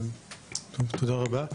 תודה רבה.